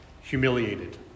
humiliated